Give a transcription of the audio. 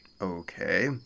Okay